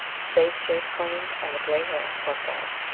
his face shaved clean, and the grey hair plucked out,